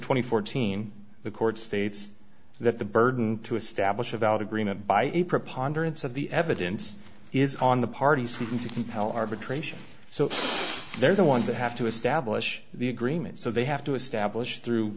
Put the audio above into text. twenty fourteen the court states that the burden to establish a valid agreement by a preponderance of the evidence is on the party seeking to compel arbitration so they're the ones that have to establish the agreement so they have to establish through